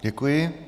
Děkuji.